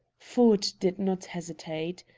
ford did not hesitate.